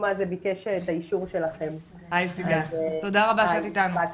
סיגל ותודה רבה שאת איתנו.